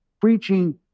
preaching